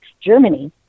Germany